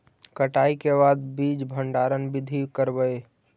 कटाई के बाद बीज भंडारन बीधी करबय?